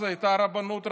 אז הייתה רבנות ראשית.